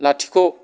लाथिख'